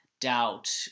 doubt